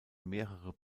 mehrere